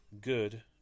good